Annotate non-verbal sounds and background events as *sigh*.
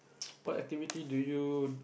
*noise* what activity do you